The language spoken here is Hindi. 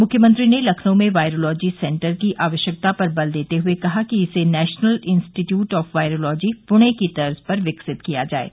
मुख्यमंत्री ने लखनऊ में वायरोलॉजी सेन्टर की आवश्यकता पर बल देते कहा कि इसे National Institute of Virology Pune की तर्ज पर विकसित किया जाये